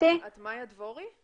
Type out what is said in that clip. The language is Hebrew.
לעתיד לבוא.